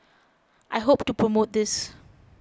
I hope to promote this